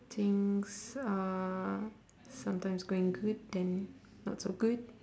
things are sometimes going good then not so good